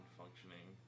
functioning